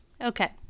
Okay